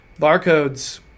Barcodes